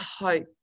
hope